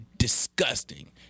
disgusting